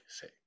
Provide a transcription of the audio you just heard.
say